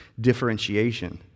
differentiation